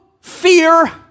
fear